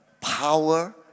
power